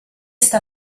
sta